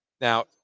Now